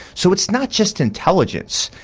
so it's not just intelligence,